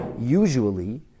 Usually